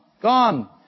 Gone